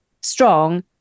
strong